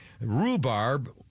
rhubarb